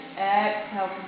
exhale